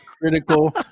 critical